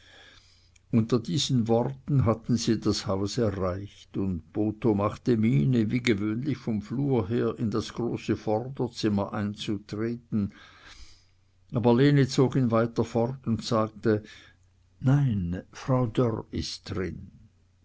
unter diesen worten hatten sie das haus erreicht und botho machte miene wie gewöhnlich vom flur her in das große vorderzimmer einzutreten aber lene zog ihn weiter fort und sagte nein frau dörr ist drin